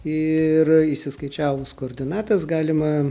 ir išsiskaičiavus koordinates galima